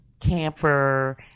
Camper